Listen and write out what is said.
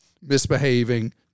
misbehaving